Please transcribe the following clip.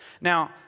Now